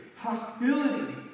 Hostility